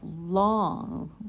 long